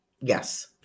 Yes